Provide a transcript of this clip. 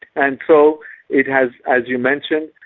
and so it has, as you mentioned,